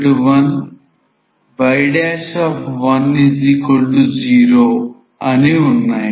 y11 y10 అని ఉన్నాయి